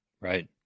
Right